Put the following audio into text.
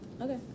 Okay